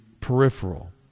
peripheral